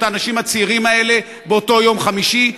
האנשים הצעירים האלה באותו יום חמישי,